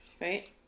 right